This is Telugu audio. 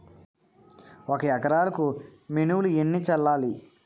ఒక ఎకరాలకు మినువులు ఎన్ని చల్లాలి?